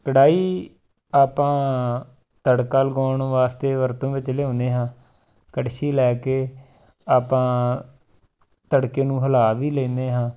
ਕੜਾਹੀ ਆਪਾਂ ਤੜਕਾ ਲਗਾਉਣ ਵਾਸਤੇ ਵਰਤੋਂ ਵਿੱਚ ਲਿਆਉਦੇ ਹਾਂ ਕੜਛੀ ਲੈ ਕੇ ਆਪਾਂ ਤੜਕੇ ਨੂੰ ਹਿਲਾ ਵੀ ਲੈਂਦੇ ਹਾਂ